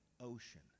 ocean